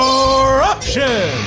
Corruption